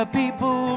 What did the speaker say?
people